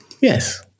Yes